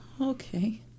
Okay